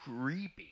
creepy